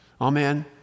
Amen